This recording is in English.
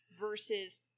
versus